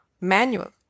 manual